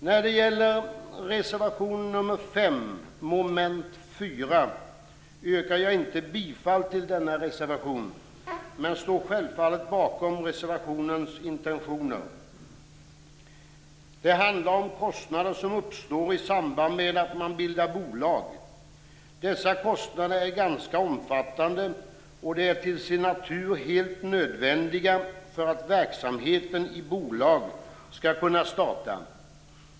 När det gäller reservation 5 under mom. 4 yrkar jag inte bifall till denna reservation, men jag står självfallet bakom reservationens intentioner. Det handlar om kostnader som uppstår i samband med att man bildar bolag. Dessa kostnader är ganska omfattande, och de är till sin natur helt nödvändiga för att verksamheten i bolag skall kunna starta.